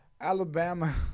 Alabama